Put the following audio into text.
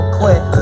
quit